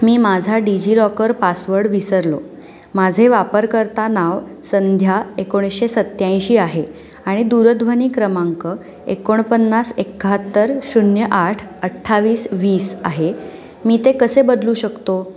मी माझा DigiLocker password विसरलो माझे वापरकर्ता नाव संध्या एकोणीसशे सत्त्याऐंशी आहे आणि दूरध्वनी क्रमांक एकोणपन्नास एक्काहातर शून्य आठ अठ्ठावीस वीस आहे मी ते कसे बदलू शकतो